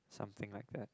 something like that